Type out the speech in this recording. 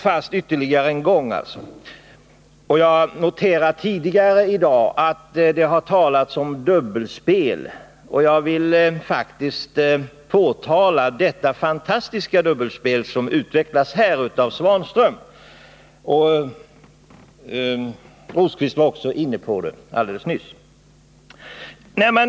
Jag noterade att det tidigare i dag talades om dubbelspel, och jag vill faktiskt påtala det fantastiska dubbelspel som utvecklades här av Ivan Svanström. Också Birger Rosqvist var inne på detta alldeles nyss.